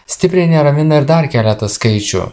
stipriai neramina ir dar keletas skaičių